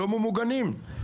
לא ממוגנים.